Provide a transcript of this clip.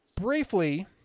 Briefly